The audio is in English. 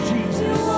Jesus